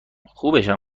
خوبشم